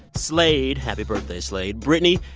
slade happy birthday, slade britney,